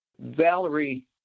Valerie